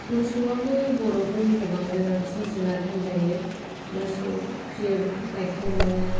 मोसौआबो बर'फोरनि थाखाय गोबां गोनांथि जुनार होनजायो मोसौ फिसियोब्ला गाइखेर मोनो